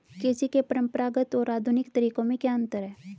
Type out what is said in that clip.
कृषि के परंपरागत और आधुनिक तरीकों में क्या अंतर है?